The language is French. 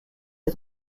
est